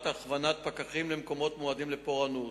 הכוונת פקחים למקומות מועדים לפורענות.